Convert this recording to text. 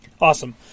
Awesome